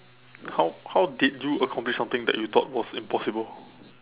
how how did you accomplish something that you thought was impossible